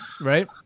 right